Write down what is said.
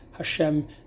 Hashem